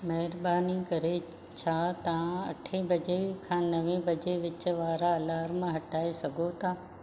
महिरबानी करे छा तव्हां अठे बजे खां नवें बजे विच वारा अलार्म हटाए सघो था